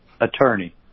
attorney